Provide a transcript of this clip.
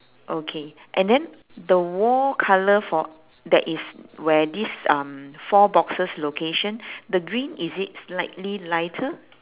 okay and then the wall colour for that is where this um four boxes location the green is it slightly lighter